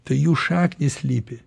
tai jų šaknys slypi